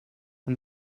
and